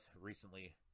recently